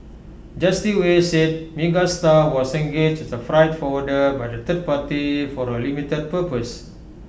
Justice Wei said Megastar was engaged as A freight forwarder by the third party for A limited purpose